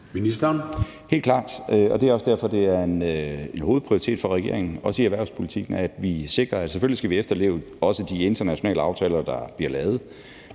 helt klart, og det er også derfor, det er en hovedprioritet for regeringen, også i erhvervspolitikken, at vi sikrer det. Selvfølgelig skal vi også efterleve de internationale aftaler, der bliver lavet